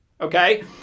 Okay